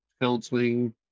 counseling